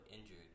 injured